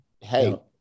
Hey